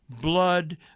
blood